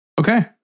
Okay